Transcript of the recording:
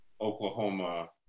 Oklahoma